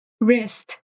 Wrist